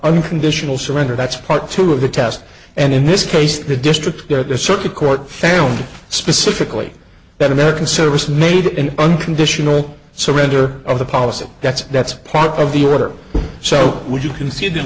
unconditional surrender that's part two of the test and in this case the district where the circuit court failed specifically that american service made an unconditional surrender of the policy that's that's part of the order so would you concede the